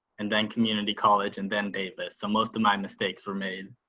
and then community college and then davis. so most of my mistakes were made.